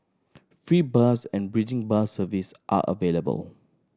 free bus and bridging bus service are available